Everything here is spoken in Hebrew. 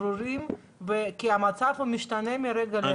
ברורים, כי המצב משתנה מרגע לרגע.